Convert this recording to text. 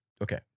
okay